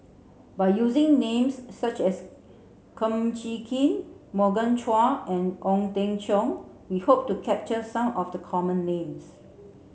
by using names such as Kum Chee Kin Morgan Chua and Ong Teng Cheong we hope to capture some of the common names